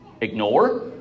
ignore